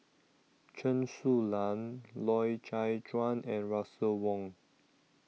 Chen Su Lan Loy Chye Chuan and Russel Wong